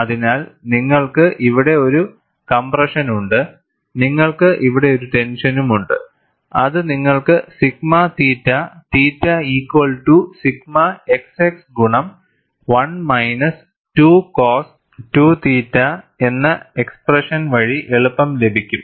അതിനാൽ നിങ്ങൾക്ക് ഇവിടെ ഒരു കംപ്രഷൻ ഉണ്ട് നിങ്ങൾക്ക് ഇവിടെ ഒരു ടെൻഷനുമുണ്ട് അത് നിങ്ങൾക്ക് sigma theta theta equal to sigma xx ഗുണം 1 മൈനസ് 2 കോസ് 2 തീറ്റ എന്ന എക്സ്സ്പ്രെഷൻ വഴി എളുപ്പം ലഭിക്കും